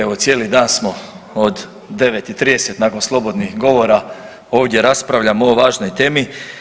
Evo cijeli dan smo od 9.30 nakon slobodnih govora ovdje raspravljamo o ovoj važnoj temi.